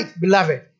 beloved